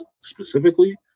specifically